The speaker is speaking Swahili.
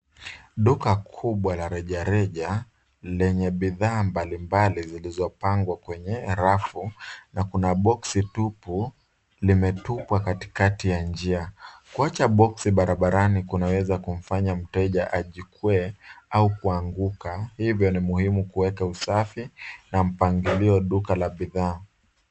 Duka kubwa la rejareja, lenye bidhaa mbalimbali zilizopangwa kwenye rafu, na kuna boksi tupu, limetupwa katikati ya njia. Kuacha boksi barabarani kunaweza kumfanya mteja ajikwaa, au kuanguka, hivyo ni muhimu kuweka usafi, na mpangilio duka la bidhaa.